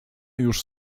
już